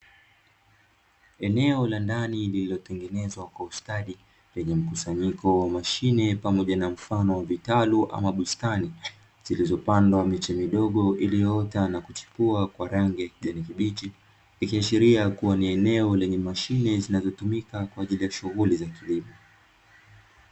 Eneo la ndani llilotengenezwa kwa ustadi, lenye mkusanyiko wa mashine pamoja na mfano wa vitalu ama bustani, zilizoota na kuchipua kwa rangi ya kijani kibichi, ikiashiria kuwa ni eneo lenye mashine zinazotumika kwa ajili ya shughuli za kilimo.